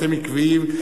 אתם עקביים,